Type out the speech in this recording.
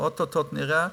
ואו-טו-טו נראה,